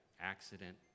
accident